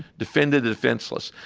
defended defenseless.